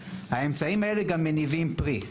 האמצעים האלה גם מניבים פרי.